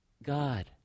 God